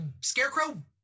Scarecrow